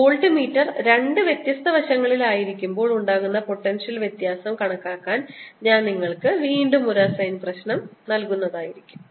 voltmeter രണ്ട് വ്യത്യസ്ത വശങ്ങളിലായിരിക്കുമ്പോൾ ഉണ്ടാകുന്ന പൊട്ടൻഷ്യൽ വ്യത്യാസം കണക്കാക്കാൻ ഞാൻ നിങ്ങൾക്ക് വീണ്ടും ഒരു അസൈൻമെന്റ് പ്രശ്നം നൽകുന്നതായിരിക്കും